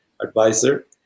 Advisor